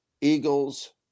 Eagles